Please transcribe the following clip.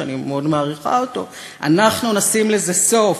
שאני מאוד מעריכה אותו אנחנו נשים לזה סוף.